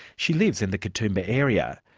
she lives in the katoomba area.